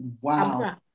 Wow